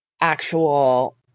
actual